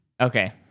Okay